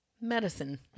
medicine